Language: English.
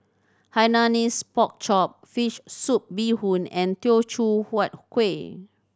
Hainanese Pork Chop fish soup bee hoon and Teochew Huat Kueh